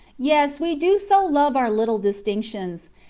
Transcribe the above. yes, we do so love our little distinctions!